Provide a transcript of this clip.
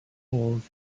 poles